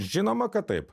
žinoma kad taip